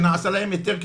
שנעשה להם היתר,